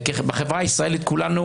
ובחברה הישראלית כולנו